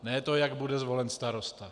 Ne to, jak bude zvolen starosta.